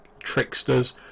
tricksters